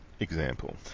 example